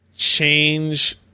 change